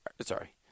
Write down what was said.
Sorry